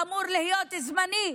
שאמור להיות זמני,